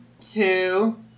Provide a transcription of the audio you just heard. two